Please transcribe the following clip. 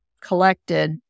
collected